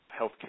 healthcare